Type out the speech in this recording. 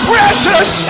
Precious